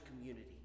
community